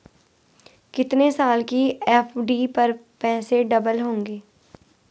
कितने साल की एफ.डी पर पैसे डबल होंगे?